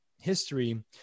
history